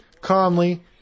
Conley